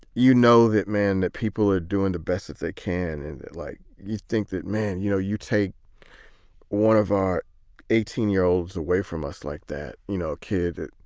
you know, that man that people are doing the best that they can and like you think that man, you know, you take one of our eighteen year olds away from us like that, you know, kid,